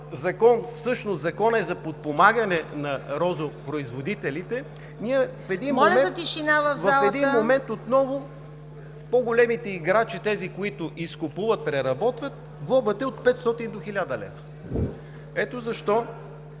Законът за подпомагане на розопроизводителите, ние в един момент отново за по-големите играчи – тези, които изкупуват, преработват, глобата е от 500 до 1000 лв. Ето защо